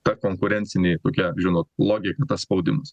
ta konkurencinė kokia žinot logika tas spaudimas